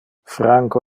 franco